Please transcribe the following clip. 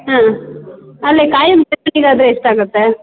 ಹಾಂ ಅಲ್ಲಿ ಖಾಯಂ ಠೇವಣಿಗಾದರೆ ಎಷ್ಟಾಗತ್ತೆ